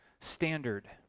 standard